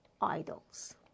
idols